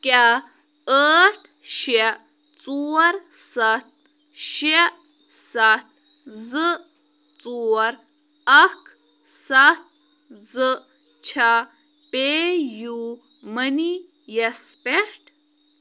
کیٛاہ ٲٹھ شےٚ ژور سَتھ شےٚ سَتھ زٕ ژور اَکھ سَتھ زٕ چھےٚ پے یوٗ مٔنی یَس پٮ۪ٹھ